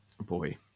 Boy